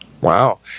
Wow